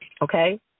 Okay